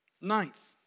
Ninth